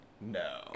No